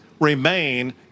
remain